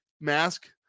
mask